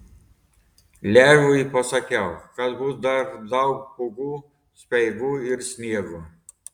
leviui pasakiau kad bus dar daug pūgų speigų ir sniego